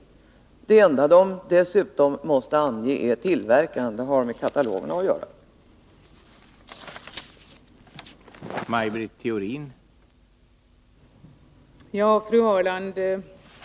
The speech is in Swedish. Det enda de dessutom måste ange är tillverkarens namn — och detta kan de ta reda på i katalogerna.